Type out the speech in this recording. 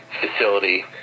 facility